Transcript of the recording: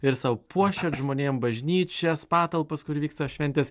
ir sau puošiat žmonėm bažnyčias patalpas kur vyksta šventės